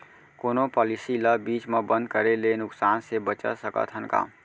कोनो पॉलिसी ला बीच मा बंद करे ले नुकसान से बचत सकत हन का?